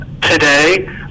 today